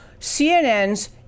CNN's